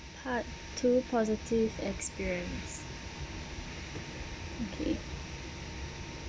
part two positive experience okay